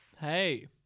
Hey